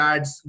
Ads